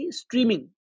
streaming